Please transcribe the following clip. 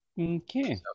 Okay